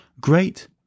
great